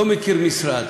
אני לא מכיר משרד